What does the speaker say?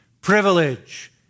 privilege